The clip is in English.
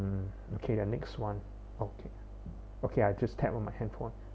hmm okay the next one okay okay I just tap on my handphone